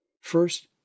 First